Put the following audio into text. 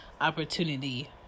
opportunity